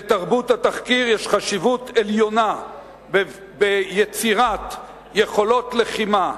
לתרבות התחקיר יש חשיבות עליונה ביצירת יכולות לחימה.